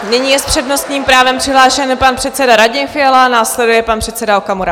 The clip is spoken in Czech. Nyní je s přednostním právem přihlášen pan předseda Radim Fiala, následuje pan předseda Okamura.